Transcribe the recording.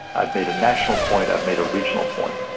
i've made a national point, i've made a regional point,